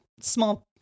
small